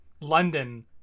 London